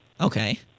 Okay